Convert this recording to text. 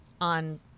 on